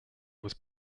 was